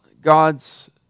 God's